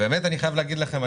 באמת אני חייב להגיד לכם,